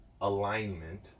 alignment